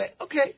okay